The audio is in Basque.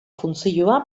funtzioa